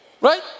Right